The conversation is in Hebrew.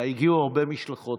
והגיעו אליי הרבה משלחות,